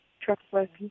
trustworthy